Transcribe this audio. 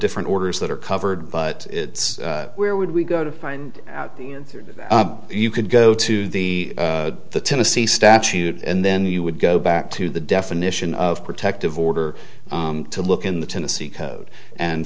different orders that are covered but where would we go to find out the answer to that you could go to the tennessee statute and then you would go back to the definition of protective order to look in the tennessee code and